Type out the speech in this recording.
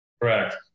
Correct